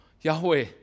Yahweh